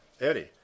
Eddie